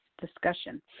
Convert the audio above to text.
discussion